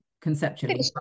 conceptually